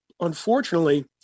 unfortunately